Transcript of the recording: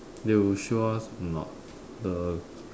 they'll show us not the